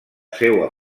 seua